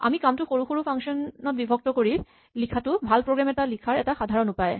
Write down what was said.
আমাৰ কামটো সৰু সৰু ফাংচন ত বিভক্ত কৰি লিখাটো ভাল প্ৰগ্ৰেম এটা লিখাৰ এটা সাধাৰণ উপায়